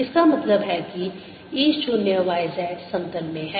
इसका मतलब है कि E 0 yz समतल में है